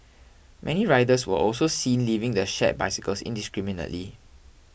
many riders were also seen leaving the shared bicycles indiscriminately